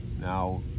Now